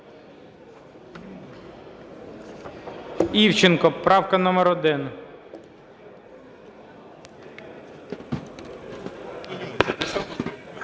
Івченко, правка номер 1.